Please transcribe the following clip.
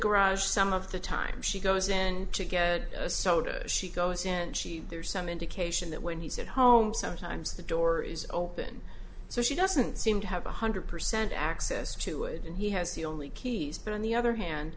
garage some of the time she goes in to get a soda she goes and she there's some indication that when he's at home sometimes the door is open so she doesn't seem to have one hundred percent access to it and he has the only keys but on the other hand